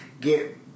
get